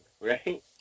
right